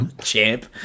Champ